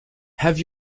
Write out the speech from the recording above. have